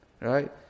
right